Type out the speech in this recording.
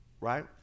right